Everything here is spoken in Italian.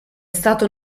stato